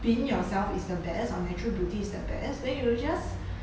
being yourself is the best our natural beauty is the best then you just